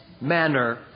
manner